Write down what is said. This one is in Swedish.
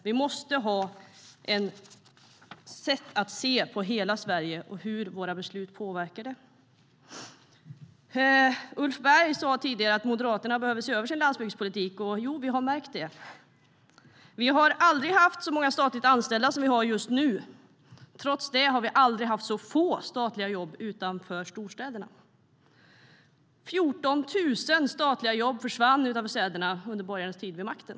Vi måste se på hur våra beslut påverkar hela Sverige.Ulf Berg sa tidigare att Moderaterna behöver se över sin landsbygdspolitik. Jo, vi har märkt det. Det har aldrig funnits så många statligt anställda som just nu. Trots det har det aldrig funnits så få statliga jobb utanför storstäderna. 14 000 statliga jobb försvann utanför städerna under borgarnas tid vid makten.